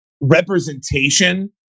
representation